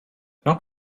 not